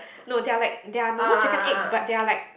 no they are like they are normal chicken eggs they are like